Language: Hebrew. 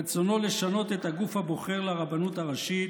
רצונו לשנות את הגוף הבוחר לרבנות הראשית